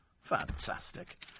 Fantastic